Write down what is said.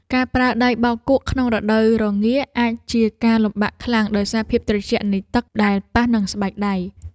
ការប្រើដៃបោកគក់ក្នុងរដូវរងាអាចជាការលំបាកខ្លាំងដោយសារភាពត្រជាក់នៃទឹកដែលប៉ះនឹងស្បែកដៃ។